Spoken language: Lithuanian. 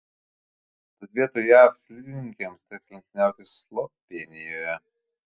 tad vietoj jav slidininkėms teks lenktyniauti slovėnijoje